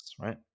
right